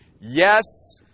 Yes